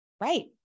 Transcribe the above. Right